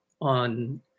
on